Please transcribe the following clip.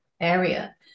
area